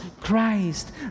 Christ